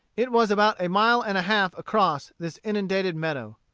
it was about a mile and a half across this inundated meadow.